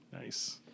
Nice